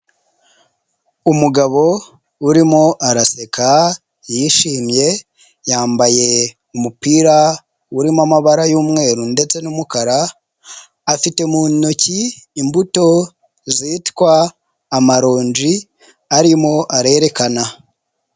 Umugabo urimo araseka yishimye, yambaye umupira urimo amabara y'umweru ndetse n'umukara, afite mu ntoki imbuto zitwa amaronji arimo arerekana.